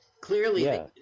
Clearly